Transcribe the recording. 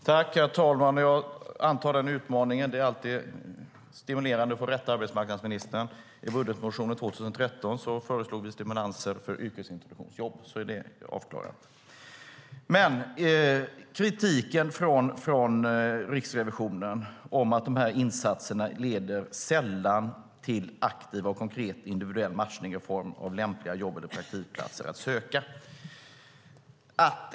Herr talman! Jag antar utmaningen. Det är alltid stimulerande att få rätta arbetsmarknadsministern. I budgetmotionen för 2013 föreslog vi stimulanser för yrkesintroduktionsjobb. Så är det avklarat. Riksrevisionen kritiserar att insatserna sällan leder till aktiv, konkret och individuell matchning i form av lämpliga jobb eller praktikplatser att söka.